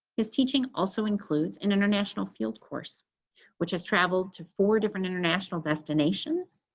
is teaching also includes and international field course which has traveled to four different international destinations,